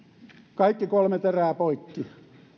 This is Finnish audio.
kaikki kolme terää poikki